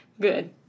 Good